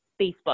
Facebook